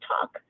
Talk